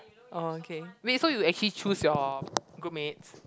oh okay wait so you actually choose your groupmates